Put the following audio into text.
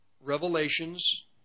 revelations